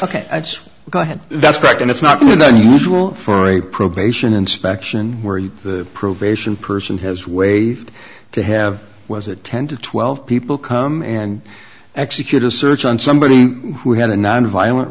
ok let's go ahead that's correct and it's not in the usual for a probation inspection where the probation person has waived to have was it ten to twelve people come and execute a search on somebody who had a nonviolent